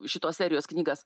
šitos serijos knygas